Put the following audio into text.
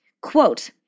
Quote